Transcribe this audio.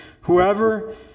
whoever